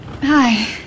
Hi